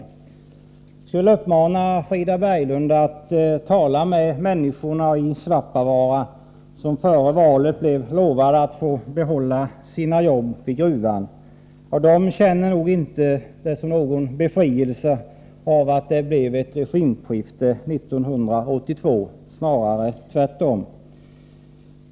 Jag skulle vilja uppmana Frida Berglund att tala med människorna i Svappavaara, som före valet blev lovade att få behålla sina arbeten i gruvan. De känner det nog inte som någon befrielse att det blev ett regimskifte 1982, snarare tvärtom.